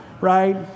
right